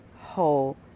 whole